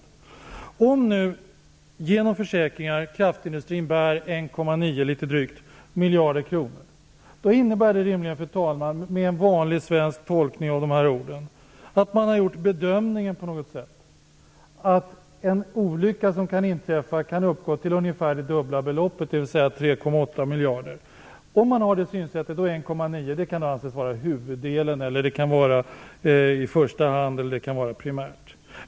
Om nu kraftindustrin genom försäkringar bär litet drygt 1,9 miljarder kronor av ansvaret, innebär det rimligen, fru talman, med en vanlig svensk tolkning av dessa ord att man på något sätt har gjort den bedömningen att en olycka som kan inträffa kan kosta ungefär det dubbla beloppet, dvs. 3,8 miljarder. 1,9 miljarder kan då betecknas som huvuddelen av ansvaret, förstahandsansvar eller primärt ansvar.